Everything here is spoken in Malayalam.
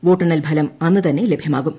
വോട്ടെണ്ണൽ ഫലം അന്ന് തന്നെ ലഭ്യമാകും